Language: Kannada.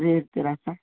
ಫ್ರೀ ಇರ್ತೀರಾ ಸರ್